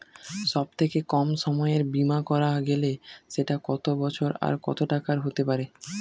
সব থেকে কম সময়ের বীমা করা গেলে সেটা কত বছর আর কত টাকার হতে পারে?